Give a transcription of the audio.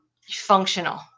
functional